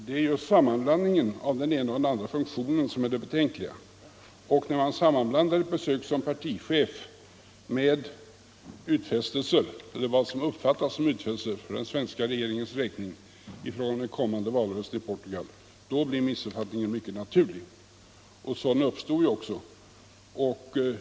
Herr talman! Det är just sammanblandningen av den ena och den andra funktionen som är det betänksamma, och när man sammanblandar ett besök som partichef med utfästelser eller vad som uppfattas som utfästelser för den svenska regeringens räkning i fråga om den kommande valrörelsen i Portugal då blir missuppfattningar mycket naturliga. Sådana missuppfattningar uppstod ju också.